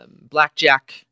blackjack